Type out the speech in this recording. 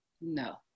No